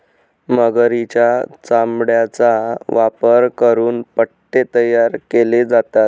मगरीच्या चामड्याचा वापर करून पट्टे तयार केले जातात